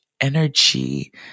energy